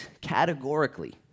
categorically